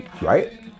Right